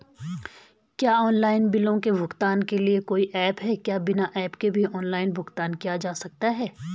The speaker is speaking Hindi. क्या ऑनलाइन बिलों के भुगतान के लिए कोई ऐप है क्या बिना ऐप के भी ऑनलाइन भुगतान किया जा सकता है?